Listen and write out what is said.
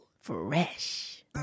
Fresh